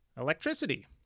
Electricity